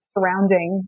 surrounding